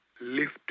lift